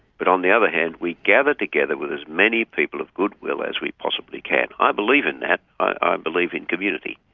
but on the other hand we gather together with as many people of good will as we possibly can. i believe in that. i believe in community.